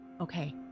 Okay